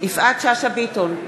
יפעת שאשא ביטון,